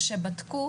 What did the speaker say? שבדקו